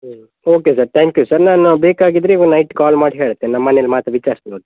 ಹ್ಞೂ okay sir thank you sir ನಾನು ಬೇಕಾಗಿದ್ರೆ ಇವಾಗ್ ನೈಟ್ ಕಾಲ್ ಮಾಡಿ ಹೇಳ್ತೆ ನಮ್ಮ ಮನೇಲ್ಲಿ ಮಾತು ವಿಚಾರಿಸ್ತೆ ಹೋಗಿ